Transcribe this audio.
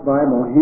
Bible